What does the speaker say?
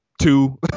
two